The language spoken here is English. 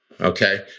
Okay